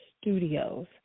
studios